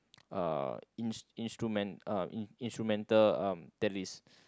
uh instru~ instrument uh in instrumental uh the list